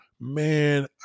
Man